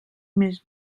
més